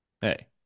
Hey